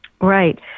Right